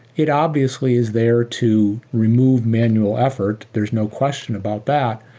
it obviously is there to remove manual effort. there's no question about that.